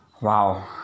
Wow